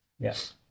yes